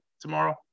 tomorrow